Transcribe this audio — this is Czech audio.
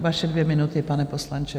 Vaše dvě minuty, pane poslanče.